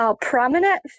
prominent